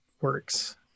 works